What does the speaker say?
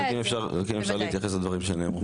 רק אם אפשר להתייחס לדברים שנאמרו.